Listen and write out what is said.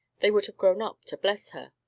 they would have grown up to bless her.